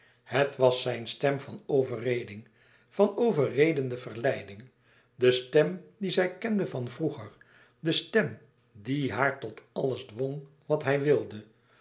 het was zijn stem van overreding van overredende verleiding de stem die zij kende van vroeger de stem die haar tot alles dwong wat hij wilde